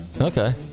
okay